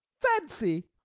fancy!